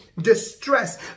distress